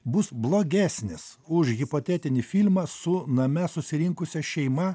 bus blogesnis už hipotetinį filmą su name susirinkusia šeima